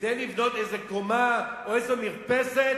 כדי לבנות איזו קומה או איזו מרפסת?